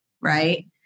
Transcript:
Right